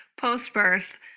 post-birth